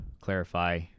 clarify